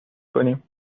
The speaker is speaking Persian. کنیم